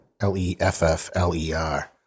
L-E-F-F-L-E-R